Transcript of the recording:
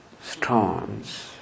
storms